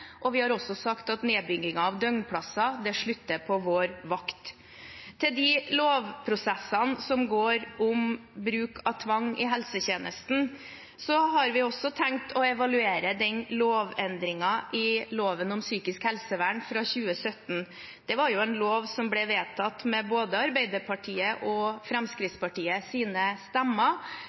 og vi har sagt at nedbyggingen av døgnplasser slutter på vår vakt. Når det gjelder de lovprosessene som går, om bruk av tvang i helsetjenesten, har vi også tenkt å evaluere lovendringen i loven om psykisk helsevern fra 2017. Det var en lov som ble vedtatt med både Arbeiderpartiets og Fremskrittspartiets stemmer. Den gangen ønsket Arbeiderpartiet og